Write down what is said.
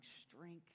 strength